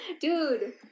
Dude